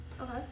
Okay